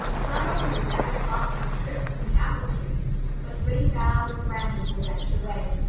not only was every blossom stripped from the apple trees but great boughs and branches were wrenched away.